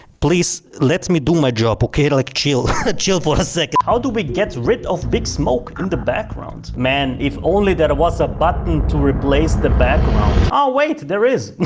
please let me do my job. okay, like chill chill for a second how do we get rid of big smoke in the background man? if only there was a button to replace the background oh wait, there is